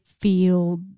feel